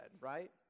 Right